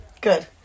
Good